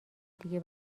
دیگه